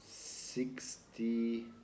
sixty